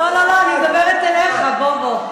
לא, לא, לא, אני מדברת אליך, בוא, בוא.